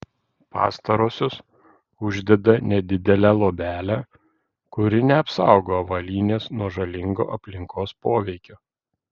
pastarosios uždeda nedidelę luobelę kuri neapsaugo avalynės nuo žalingo aplinkos poveikio